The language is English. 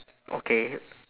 okay